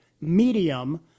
Medium